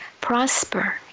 prosper